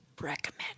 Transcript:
recommend